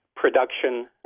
production